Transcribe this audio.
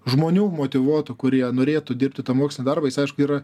žmonių motyvuotų kurie norėtų dirbti tą mokslinį darbą jis aišku yra